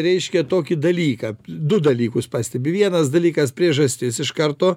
reiškia tokį dalyką du dalykus pastebi vienas dalykas priežastis iš karto